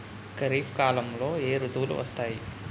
ఖరిఫ్ కాలంలో ఏ ఋతువులు వస్తాయి?